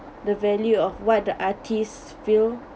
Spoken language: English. the value of what the artists feel